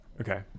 Okay